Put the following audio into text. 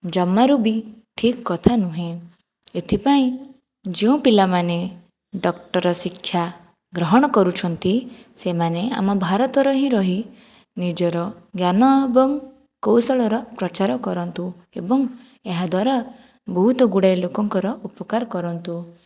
ଜମାରୁ ବି ଠିକ୍ କଥା ନୁହେଁ ଏଥିପାଇଁ ଯେଉଁ ପିଲାମାନେ ଡକ୍ଟର ଶିକ୍ଷାଗ୍ରହଣ କରୁଛନ୍ତି ସେମାନେ ଆମ ଭାରତରେ ହିଁ ରହି ନିଜର ଜ୍ଞାନ ଏବଂ କୌଶଳର ପ୍ରଚାର କରନ୍ତୁ ଏବଂ ଏହାଦ୍ୱାରା ବହୁତ ଗୁଡ଼ାଏ ଲୋକଙ୍କର ଉପକାର କରନ୍ତୁ